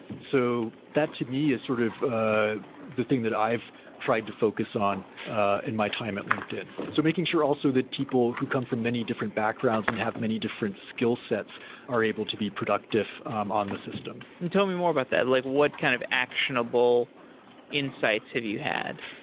so that to me is sort of the thing that i've tried to focus on in my time at linkedin. so making sure also that people who come from many different backgrounds and have many different skill sets are able to be productive um on the system and tell me more about that. like what kind of actionable insights actionable insights have you had?